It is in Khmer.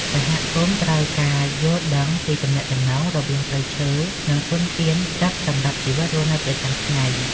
សហគមន៍ត្រូវមានការយល់ដឹងពីទំនាក់ទំនងរវាងព្រៃឈើ និងធនធានទឹកសម្រាប់ជីវិតរស់នៅប្រចាំថ្ងៃ។